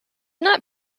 not